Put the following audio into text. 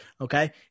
Okay